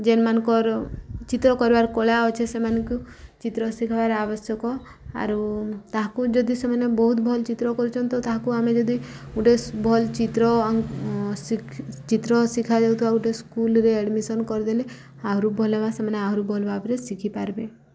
ଯେନ୍ମାନଙ୍କର ଚିତ୍ର କରିବାର କଳା ଅଛେ ସେମାନଙ୍କୁ ଚିତ୍ର ଶିଖବାର୍ ଆବଶ୍ୟକ ଆରୁ ତାହାକୁ ଯଦି ସେମାନେ ବହୁତ ଭଲ୍ ଚିତ୍ର କରୁଛନ୍ତି ତ ତାହାକୁ ଆମେ ଯଦି ଗୋଟେ ଭଲ୍ ଚିତ୍ର ଚିତ୍ର ଶିଖାଯାଉଥିବା ଗୋଟେ ସ୍କୁଲ୍ରେ ଆଡ଼୍ମିସନ୍ କରିଦେଲେ ଆହୁରି ଭଲ ସେମାନେ ଆହୁରି ଭଲ ଭାବରେ ଶିଖିପାର୍ବେ